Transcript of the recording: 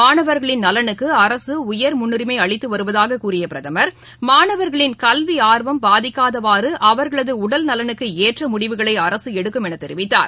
மாணவர்களின் நலனுக்குஅரசுடயர் முன்னுரிமைஅளித்துவருவதாககூறியபிரதமர் மானவர்களின் கல்விஆர்வம் பாதிக்காதவாறுஅவர்களதுஉடல்நலனுக்குஏற்றமுடிவுகளைஅரசுஎடுக்கும் எனதெரிவித்தார்